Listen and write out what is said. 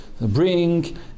Bring